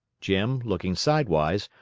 jim, looking sidewise,